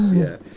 yeah.